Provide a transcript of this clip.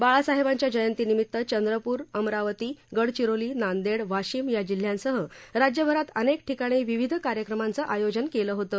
बाळासाहेबांच्या जयंतीनिमीत चंद्रपूर अमरावती गडचिरोली नांदेड वाशिम या जिल्ह्यांसह राज्यभरात अनेक ठिकाणी विविध कार्यक्रम आयोजन केलं होतं